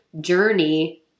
journey